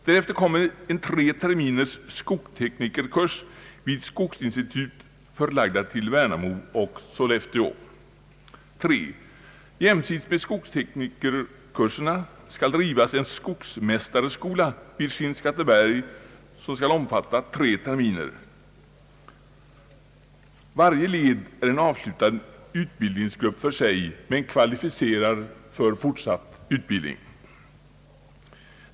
Därefter kommer en tre terminers skogsteknikerkurs vid skogsinstitut förlagda till Värnamo och Sollefteå. 3. Jämsides med skogsteknikerkurserna skall drivas en skogsmästarskola vid Skinnskatteberg, vilken skall omfatta tre terminer. Varje led är en avslutad utbildningsgrupp för sig, men kvalificerar för fortsatt utbildning.